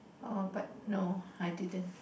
uh but no I didn't